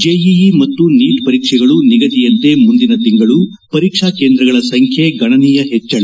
JEE ಮತ್ತು NEET ಪರೀಕ್ಷೆಗಳು ನಿಗದಿಯಂತೆ ಮುಂದಿನ ತಿಂಗಳು ಪರೀಕ್ಷಾ ಕೇಂದ್ರಗಳ ಸಂಖ್ಯೆ ಗಣನೀಯ ಹೆಚ್ಚಳ